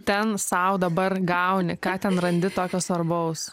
ten sau dabar gauni ką ten randi tokio svarbaus